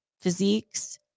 physiques